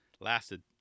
lasted